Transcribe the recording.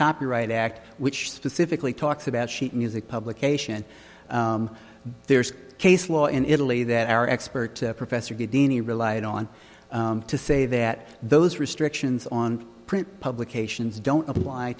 copyright act which specifically talks about sheet music publication there's case law in italy that our expert professor get deni relied on to say that those restrictions on print publications don't apply